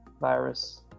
virus